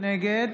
נגד